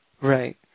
Right